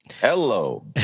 hello